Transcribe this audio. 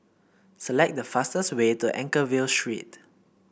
select the fastest way to Anchorvale Street